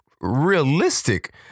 realistic